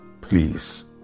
Please